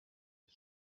his